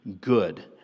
good